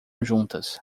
juntas